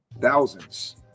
Thousands